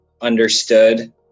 understood